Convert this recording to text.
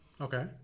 okay